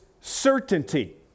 certainty